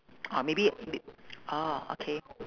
or maybe m~ orh okay